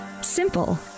Simple